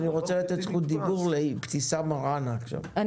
אני רוצה לתת זכות דיבור לאבתיסאם מראענה, בבקשה.